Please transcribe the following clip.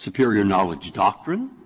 superior knowledge doctrine,